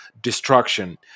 destruction